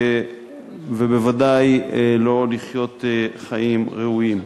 וודאי לא לחיות חיים ראויים.